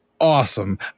awesome